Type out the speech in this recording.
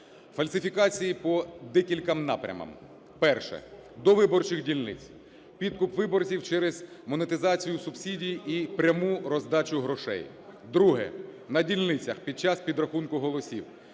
Фальсифікації по декількох напрямах. Перше - до виборчих дільниць: підкуп виборців через монетизацію субсидій і пряму роздачу грошей. Друге - на дільницях під час підрахунку голосів.